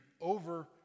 over